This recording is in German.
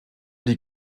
die